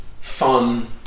fun